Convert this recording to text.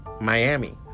Miami